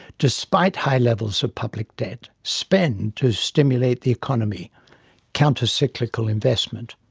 despite high levels of public debt, spend to stimulate the economy' counter-cyclical investment.